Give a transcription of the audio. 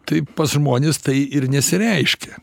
taip pas žmones tai ir nesireiškia